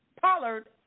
Pollard